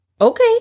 Okay